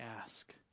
ask